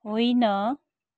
होइन